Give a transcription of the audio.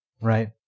right